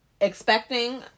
expecting